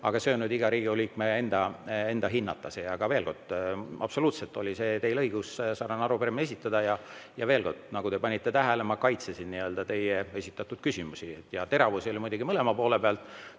aga see on nüüd iga Riigikogu liikme enda hinnata. Aga veel kord: absoluutselt oli teil õigus sarnane arupärimine esitada. Ja veel kord: nagu te panite tähele, ma kaitsesin teie esitatud küsimusi. Ja teravusi tuli muidugi mõlema poole pealt,